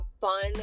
fun